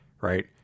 right